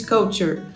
Culture